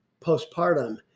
postpartum